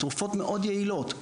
תרופות מאוד יעילות.